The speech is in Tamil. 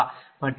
மற்றும் r1 0